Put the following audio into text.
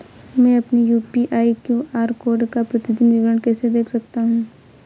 मैं अपनी UPI QR code का प्रतीदीन विवरण कैसे देख सकता हूँ?